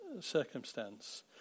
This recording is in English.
circumstance